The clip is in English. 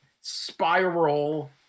spiral